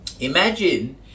Imagine